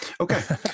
okay